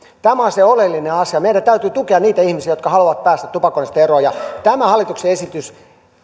tämä on se oleellinen asia meidän täytyy tukea niitä ihmisiä jotka haluavat päästä tupakoinnista eroon ja tämä hallituksen esitys